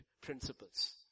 principles